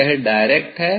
यह डायरेक्ट है